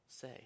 say